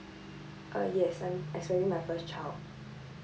uh yes I'm expecting my first child